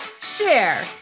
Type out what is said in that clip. share